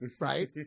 right